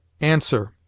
answer